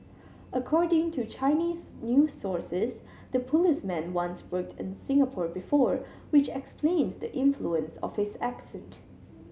according to Chinese news sources the policeman once worked in Singapore before which explains the influence of his accent